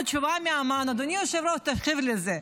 אדוני היושב-ראש, תקשיב לזה: